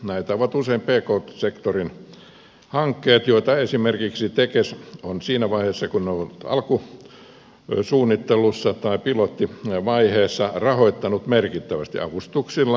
näitä ovat usein pk sektorin hankkeet joita esimerkiksi tekes on siinä vaiheessa kun ne ovat olleet alkusuunnittelussa tai pilottivaiheessa rahoittanut merkittävästi avustuksilla tai lainoilla